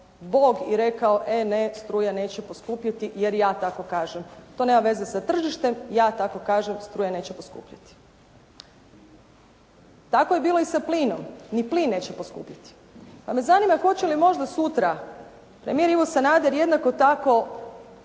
Bog i rekao, e ne struja neće poskupiti jer ja tako kažem. To nema veze sa tržištem, ja tako kažem struja neće poskupiti. Tako je bilo i sa plinom, ni plin neće poskupiti. Pa me zanima hoće li možda sutra premijer Ivo Sanader jednako tako